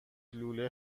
لوله